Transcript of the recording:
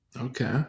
Okay